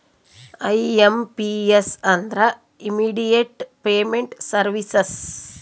IMPS ಅಂದ್ರ immediate payment services